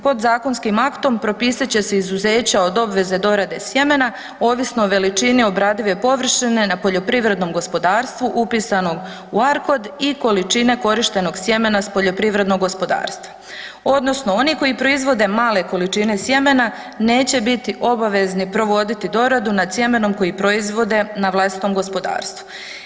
Podzakonskim aktom propisat će se izuzeća od obveze dorade sjemena ovisno o veličini obradive površine na poljoprivrednom gospodarstvu upisanom u ARKOD i količine korištenog sjemena s poljoprivrednog gospodarstva odnosno oni koji proizvode male količine sjemena neće biti obavezni provoditi doradu nad sjemenom koji proizvode na vlastitom gospodarstvu.